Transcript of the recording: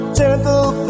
gentle